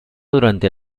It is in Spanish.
durante